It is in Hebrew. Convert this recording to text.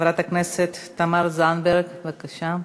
חברת הכנסת תמר זנדברג, בבקשה.